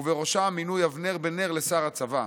ובראשם מינוי אבנר בן-נר לשר הצבא.